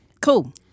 cool